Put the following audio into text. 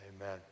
Amen